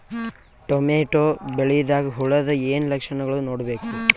Tomato ಬೆಳಿದಾಗ್ ಹುಳದ ಏನ್ ಲಕ್ಷಣಗಳು ನೋಡ್ಬೇಕು?